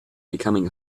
becoming